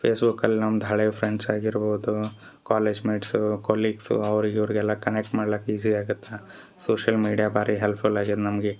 ಫೇಸ್ಬುಕ್ಕಲ್ಲಿ ನಮ್ದು ಹಳೆ ಫ್ರೆಂಡ್ಸ್ ಆಗಿರ್ಬೋದೂ ಕಾಲೇಜ್ಮೇಟ್ಸು ಕಲೀಗ್ಸು ಅವ್ರ್ಗ ಇವರಿಗೆಲ್ಲ ಕನೆಕ್ಟ್ ಮಾಡ್ಲಿಕ್ಕೆ ಈಝಿ ಆಗತ್ತೆ ಸೋಶಿಯಲ್ ಮೀಡಿಯ ಭಾರಿ ಹೆಲ್ಪ್ಫುಲ್ ಆಗ್ಯದ ನಮಗೆ